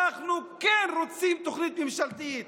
אנחנו כן רוצים תוכנית ממשלתית,